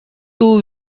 too